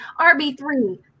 RB3